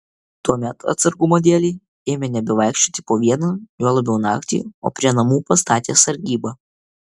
tuomet atsargumo dėlei ėmė nebevaikščioti po vieną juo labiau naktį o prie namų pastatė sargybą